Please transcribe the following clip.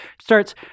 starts